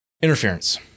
Interference